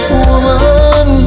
woman